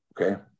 okay